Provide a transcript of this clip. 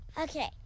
Okay